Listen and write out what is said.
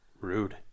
Rude